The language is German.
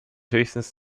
höchstens